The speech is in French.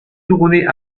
tourner